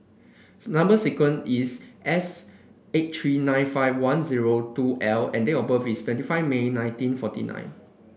number sequence is S eight three nine five one zero two L and date of birth is twenty five May nineteen forty nine